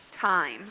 time